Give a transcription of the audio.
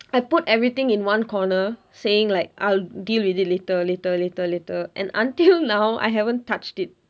I put everything in one corner saying like I'll deal with it later later later later and until now I haven't touched it